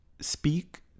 speak